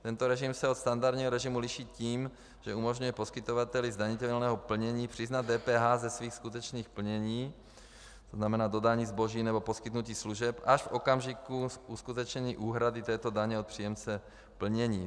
Tento režim se od standardního režimu liší tím, že umožňuje poskytovateli zdanitelného plnění přiznat DPH ze svých skutečných plnění, to znamená dodání zboží nebo poskytnutí služeb až v okamžiku uskutečnění úhrady této daně od příjemce plnění.